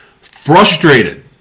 Frustrated